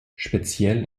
speziell